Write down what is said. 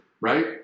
right